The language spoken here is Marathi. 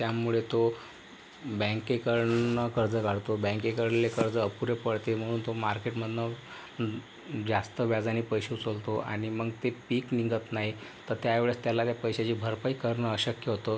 त्यामुळे तो बँकेकडनं कर्ज काढतो बँकेकडले कर्ज अपुरे पडतील म्हणून तो मार्केटमधनं जास्त व्याजाने पैसे उचलतो आणि मग ते पीक निघत नाही तर त्या वेळेस त्याला काही पैशाची भरपाई करणं अशक्य होतं